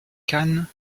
khan